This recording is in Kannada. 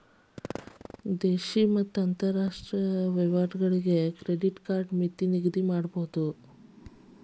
ದೇಶೇಯ ಮತ್ತ ಅಂತರಾಷ್ಟ್ರೇಯ ವಹಿವಾಟುಗಳಿಗೆ ಕ್ರೆಡಿಟ್ ಕಾರ್ಡ್ ಮಿತಿನ ನಿಗದಿಮಾಡಬೋದು